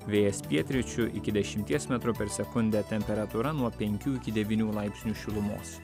vėjas pietryčių iki dešimties metrų per sekundę temperatūra nuo penkių iki devynių laipsnių šilumos